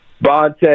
Bonte